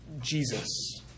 Jesus